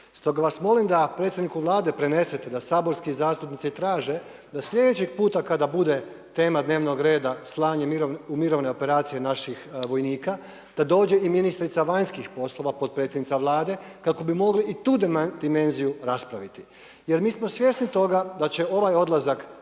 Stoga vas molim da predsjedniku Vlade prenesete da saborski zastupnici traže da sljedećeg puta kada bude tema dnevnog reda slanje u mirovne operacije naših vojnika da dođe i ministrica vanjskih poslova, potpredsjednica Vlade kako bi mogli i tu dimenziju raspraviti. Jer mi smo svjesni toga da će ovaj odlazak